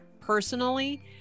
personally